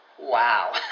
wow